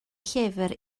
llyfr